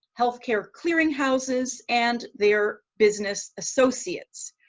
health care clearing houses, and their business associates.